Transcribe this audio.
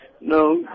No